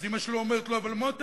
ואז אמא שלו אומרת לו: אבל מותק,